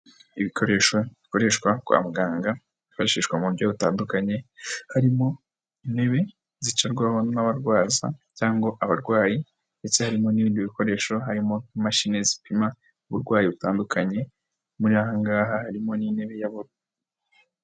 Ibikoresho bikoreshwa kwa muganga byifashishwa mu buryo butandukanye, harimo intebe zicarwaho n'abarwaza cyangwa abarwayi ndetse harimo n'ibindi bikoresho, harimo imashini zipima uburwayi butandukanye, muri aha ngaha harimo n'intebe y'ab...